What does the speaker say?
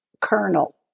colonel